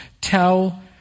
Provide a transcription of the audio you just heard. tell